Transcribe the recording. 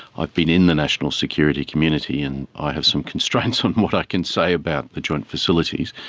i've been in the national security community and i have some constraints on what i can say about the joint facilities.